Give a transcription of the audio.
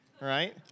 right